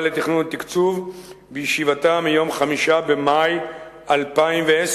לתכנון ותקצוב בישיבתה ביום 5 במאי 2010,